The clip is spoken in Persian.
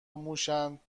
موشاند